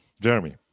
Jeremy